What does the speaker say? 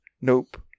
Nope